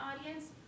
audience